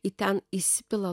į ten įsipila